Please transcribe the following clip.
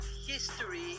history